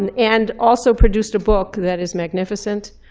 and and also produced a book, that is magnificent.